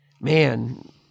man